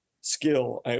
skill